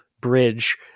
bridge